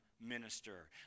minister